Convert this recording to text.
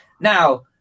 Now